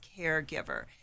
caregiver